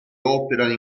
operano